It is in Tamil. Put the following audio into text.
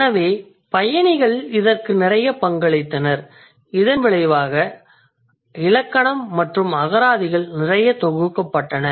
எனவே பயணிகள் இதற்கு நிறைய பங்களித்தனர் இதன் விளைவாக இலக்கணம் மற்றும் அகராதிகள் நிறைய தொகுக்கப்பட்டன